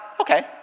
okay